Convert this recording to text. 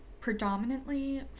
predominantly